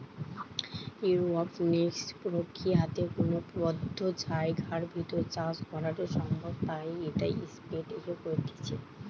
aeroponics প্রক্রিয়াতে কোনো বদ্ধ জায়গার ভেতর চাষ করাঢু সম্ভব তাই ইটা স্পেস এ করতিছে